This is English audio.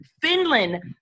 Finland